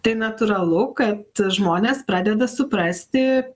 tai natūralu kad žmonės pradeda suprasti